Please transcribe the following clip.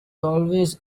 always